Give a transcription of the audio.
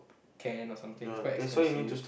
can or something is quite expensive